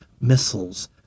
missiles